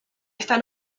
esta